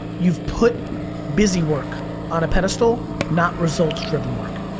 you've put busy work on a pedestal not results driven work.